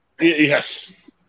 Yes